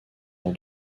lors